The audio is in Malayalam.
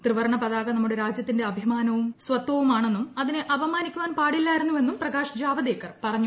ത്രിവർണ്ണ പതാക നമ്മുടെ രാജ്യത്തിന്റെ അഭിമാനവും സ്വത്വുമാണെന്നും അതിനെ അപമാനിക്കുവാൻ പാടില്ലായിരുന്നുവെന്നും പ്രകാശ് ജാവദേക്കർ പറഞ്ഞു